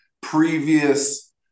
previous